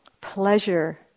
pleasure